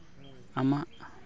ᱟᱢᱟᱜ